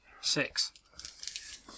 Six